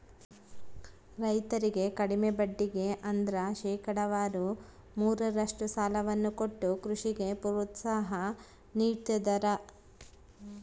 ರೈತರಿಗೆ ಕಡಿಮೆ ಬಡ್ಡಿಗೆ ಅಂದ್ರ ಶೇಕಡಾವಾರು ಮೂರರಷ್ಟು ಸಾಲವನ್ನ ಕೊಟ್ಟು ಕೃಷಿಗೆ ಪ್ರೋತ್ಸಾಹ ನೀಡ್ತದರ